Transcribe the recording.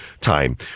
time